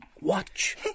Watch